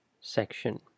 section